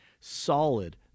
solid